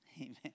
Amen